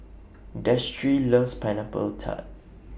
Destry loves Pineapple Tart